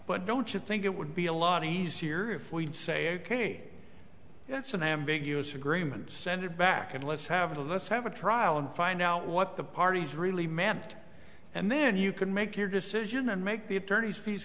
but don't you think it would be a lot easier if we'd say ok that's an ambiguous agreement send it back and let's have a let's have a trial and find out what the parties really mapped and then you can make your decision and make the attorneys fees